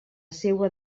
seua